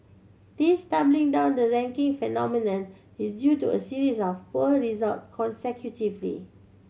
this tumbling down the ranking phenomenon is due to a series of poor result consecutively